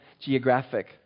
geographic